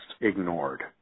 ignored